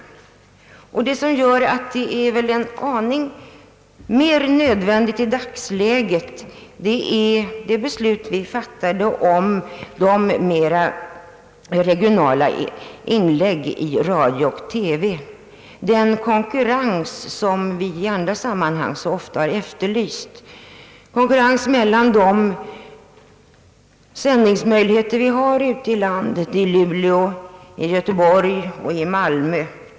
Det som gör frågan en aning mer angelägen i dagsläget är det beslut vi fattade om fler regionala inslag i radio och TV. I andra sammanhang har vi efterlyst konkurrens från stationer ute i landet, dvs. fler sändningsmöjligheter från Luleå, Göteborg och Malmö.